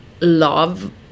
love